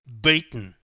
beaten